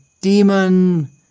demon